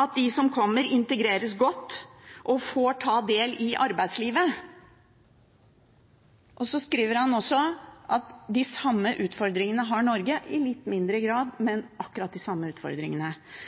at de som kommer, integreres godt og får ta del i arbeidslivet.» Han sier også at Norge har de samme utfordringene i litt mindre grad, men akkurat de samme utfordringene.